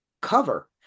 cover